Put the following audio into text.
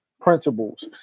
principles